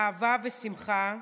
אהבה ושמחה,